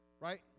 Right